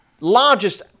Largest